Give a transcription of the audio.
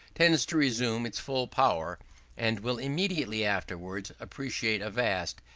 tends to resume its full power and will immediately afterwards appreciate a vast,